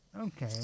okay